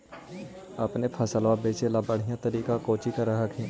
अपने फसलबा बचे ला बढ़िया तरीका कौची कर हखिन?